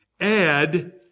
Add